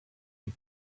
get